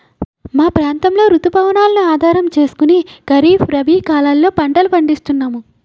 మా ప్రాంతంలో రుతు పవనాలను ఆధారం చేసుకుని ఖరీఫ్, రబీ కాలాల్లో పంటలు పండిస్తున్నాము